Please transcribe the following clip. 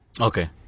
Okay